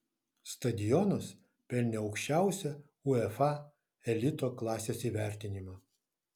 stadionas pelnė aukščiausią uefa elito klasės įvertinimą